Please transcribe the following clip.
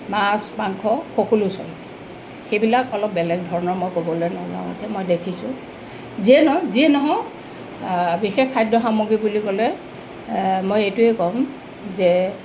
মাছ মাংস সকলো চলে সেইবিলাক অলপ বেলেগ ধৰণৰ মই ক'বলৈ নাযাওঁ এতিয়া মই দেখিছোঁ যিয়ে নহয় যিয়ে নহওক বিশেষ খাদ্য সামগ্ৰী বুলি ক'লে মই এইটোৱে ক'ম যে